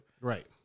right